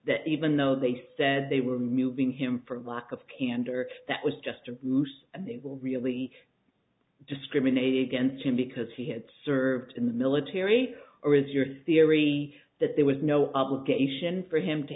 that even though they said they were musing him for lack of candor that was just a loose and they were really discriminated against him because he had served in the military or is your theory that there was no obligation for him to